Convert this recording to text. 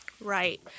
Right